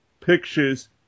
pictures